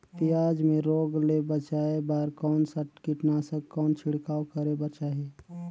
पियाज मे रोग ले बचाय बार कौन सा कीटनाशक कौन छिड़काव करे बर चाही?